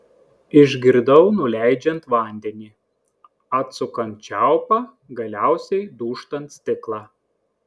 išgirdau nuleidžiant vandenį atsukant čiaupą galiausiai dūžtant stiklą